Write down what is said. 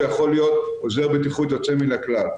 הוא יכול להיות עוזר בטיחות יוצא מן הכלל,